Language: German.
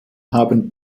haben